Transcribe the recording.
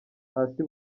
hasi